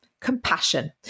Compassion